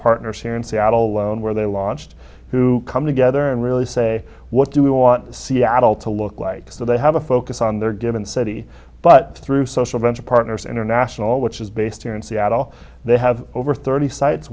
partners here in seattle loan where they launched who come together and really say what do we want seattle to look like so they have a focus on their given city but through social venture partners international which is based here in seattle they have over thirty sites